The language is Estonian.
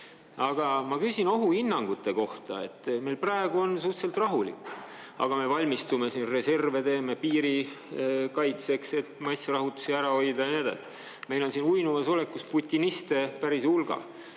Aga ma küsin ohuhinnangute kohta. Meil praegu on suhteliselt rahulik, aga me valmistume, teeme siin reservi piiri kaitseks, et massirahutusi ära hoida, ja nii edasi. Meil on uinuvas olekus putiniste päris hulga.